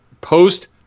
post